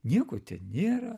nieko ten nėra